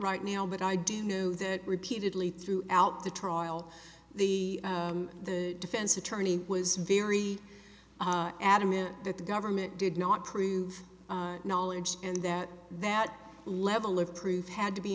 right now but i do know that repeatedly throughout the trial the the defense attorney was very adamant that the government did not prove knowledge and that that level of truth had to be